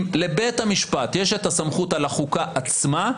אם לבית המשפט יש את הסמכות על החוקה עצמה,